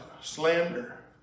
slander